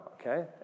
okay